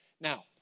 Now